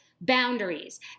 boundaries